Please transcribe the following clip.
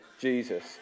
Jesus